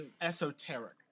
esoteric